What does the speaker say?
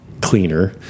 cleaner